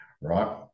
right